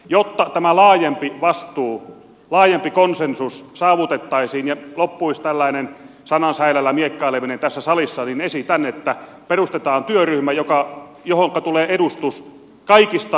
jotta tämä laajempi vastuu laajempi konsensus saavutettaisiin ja loppuisi tällainen sanan säilällä miekkaileminen tässä salissa niin esitän että perustetaan työryhmä johonka tulee edustus kaikista eduskuntapuolueista